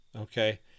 okay